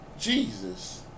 Jesus